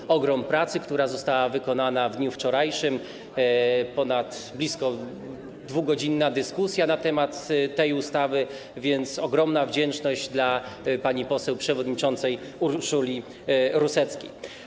Był to ogrom pracy, która została wykonana w dniu wczorajszym, blisko dwugodzinna dyskusja na temat tej ustawy, tak więc ogromna wdzięczność dla pani poseł przewodniczącej Urszuli Ruseckiej.